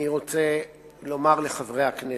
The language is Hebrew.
אני רוצה לומר לחברי הכנסת: